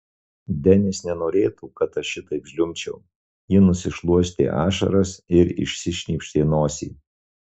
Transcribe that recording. denis nenorėtų kad aš šitaip žliumbčiau ji nusišluostė ašaras ir išsišnypštė nosį